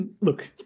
look